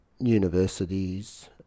universities